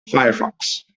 firefox